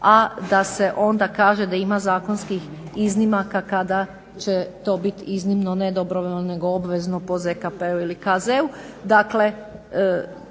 a da se onda kaže da ima zakonskih iznimaka kada će to bit iznimno, ne dobrovoljno, nego obvezno po ZKP-u ili KZ-u. Dakle,